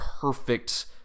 perfect